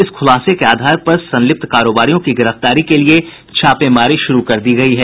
इस खुलासे के आधार पर संलिप्त कारोबारियों की गिरफ्तारी के लिए छापेमारी शुरू कर दी गई है